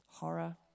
horror